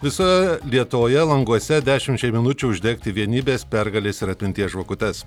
visoje lietuvoje languose dešimčiai minučių uždegti vienybės pergalės ir atminties žvakutes